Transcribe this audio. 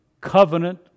covenant